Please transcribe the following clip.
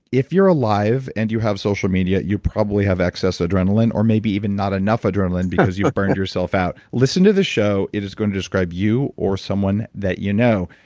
if you're alive and you have social media, you probably have excess adrenaline, or maybe even not enough adrenaline because you've burned yourself out. listen to the show. it is going to describe you or someone that you know.